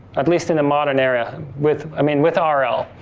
at least in the modern era with i mean with um rl.